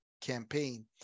campaign